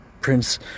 Prince